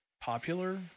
popular